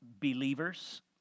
believers